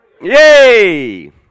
Yay